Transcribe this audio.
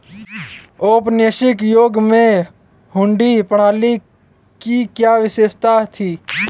औपनिवेशिक युग में हुंडी प्रणाली की क्या विशेषता थी?